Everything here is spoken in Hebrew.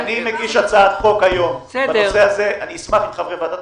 אמנת דואר בינלאומית אומרת שבמידה ומדינה שמוגדרת